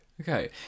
Okay